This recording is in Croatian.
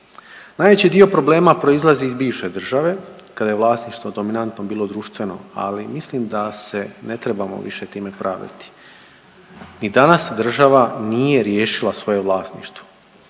Najveći dio problema proizlazi iz bivše države kada je vlasništvo dominantno bilo društveno, ali mislim da se ne trebamo više time pravdati. I danas država nije riješila svoje vlasništvo,